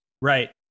right